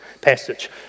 passage